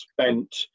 spent